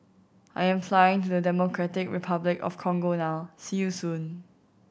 I'm flying to Democratic Republic of Congo now see you soon